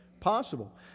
possible